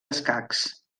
escacs